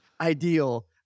ideal